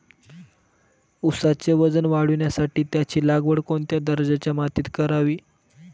ऊसाचे वजन वाढवण्यासाठी त्याची लागवड कोणत्या दर्जाच्या मातीत करावी?